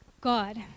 God